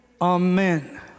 Amen